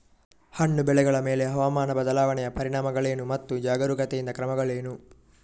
ಹಣ್ಣು ಬೆಳೆಗಳ ಮೇಲೆ ಹವಾಮಾನ ಬದಲಾವಣೆಯ ಪರಿಣಾಮಗಳೇನು ಮತ್ತು ಜಾಗರೂಕತೆಯಿಂದ ಕ್ರಮಗಳೇನು?